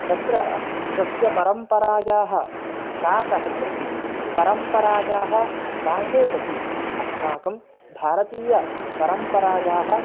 तत्र तस्य परम्परायाः ह्रासः भवति परम्परायाः ह्रासे सति अस्माकं भारतीयपरम्परायाः